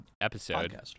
episode